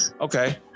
Okay